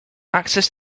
access